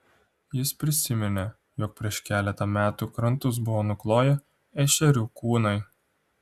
jis prisiminė jog prieš keletą metų krantus buvo nukloję ešerių kūnai